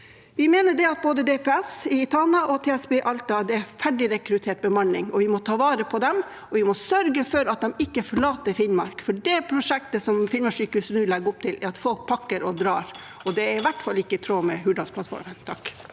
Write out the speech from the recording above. Vi mener at både DPS i Tana og TSB i Alta har ferdigrekruttert bemanning. Vi må ta vare på dem, og vi må sørge for at de ikke forlater Finnmark. Det prosjektet som Finnmarkssykehuset nå legger opp til, gjør at folk pakker og drar, og det er i hvert fall ikke i tråd med Hurdalsplattformen. Truls